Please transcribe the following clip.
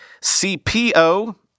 CPO